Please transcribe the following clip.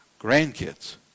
grandkids